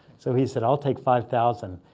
so he said, i'll take five thousand.